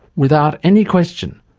without any question,